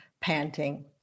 panting